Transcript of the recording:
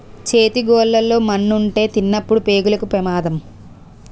చేతి గోళ్లు లో మన్నుంటే తినినప్పుడు పేగులకు పెమాదం